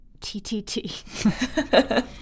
TTT